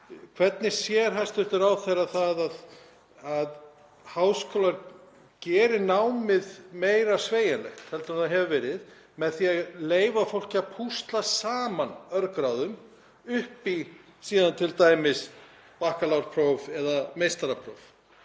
Hvernig sér hæstv. ráðherra fyrir sér að háskólar geri námið meira sveigjanlegt en það hefur verið með því að leyfa fólki að púsla saman örgráðum upp í t.d. bakkalárpróf eða meistarapróf?